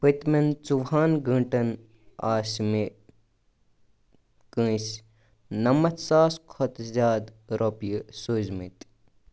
پٔتۍمٮ۪ن ژوٚوُہَن گٲنٛٹن آسہِ مےٚ کٲنٛسہِ نَمَتھ ساس کھۄتہٕ زِیٛادٕ رۄپیہِ سوٗزمٕتۍ